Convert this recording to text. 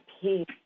peace